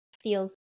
feels